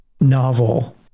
novel